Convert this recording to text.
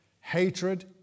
hatred